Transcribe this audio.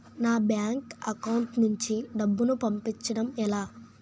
నా bank account నుంచి డబ్బును పంపించడం ఎలా?